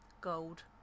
gold